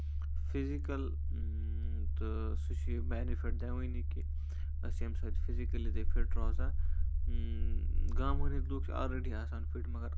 physical تہٕ سُہ چھُ یہِ بینِفِٹ دِوٲنی کہِ أسۍ چھِ اَمہِ سۭتۍ فِزِکٔلی تہِ فِٹ روزان گامَن ہٕندۍ لوٗکھ چھِ اولریڈی فِٹ آسان مَگر